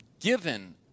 given